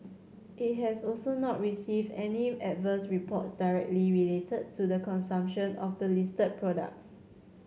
it has also not received any adverse reports directly related to the consumption of the listed products